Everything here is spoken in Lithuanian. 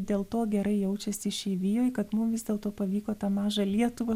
dėl to gerai jaučiasi išeivijoj kad mum vis dėlto pavyko tą mažą lietuvą